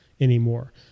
anymore